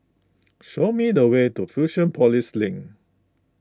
show me the way to Fusionopolis Link